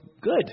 good